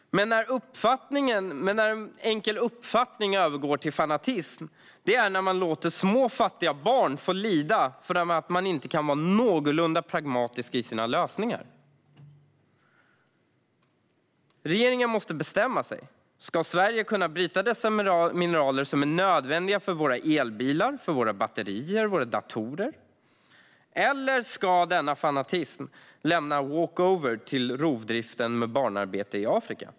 Men när en enkel uppfattning övergår i fanatism låter man fattiga barn lida för att man inte kan vara någorlunda pragmatisk i sina lösningar. Regeringen måste bestämma sig. Ska Sverige kunna bryta dessa mineraler, som är nödvändiga för våra elbilar, batterier och datorer? Eller ska denna fanatism lämna walk over till rovdriften med barnarbete i Afrika?